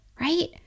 right